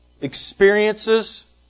experiences